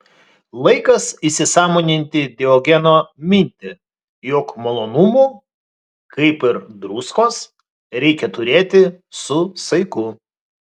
laikas įsisąmoninti diogeno mintį jog malonumų kaip ir druskos reikia turėti su saiku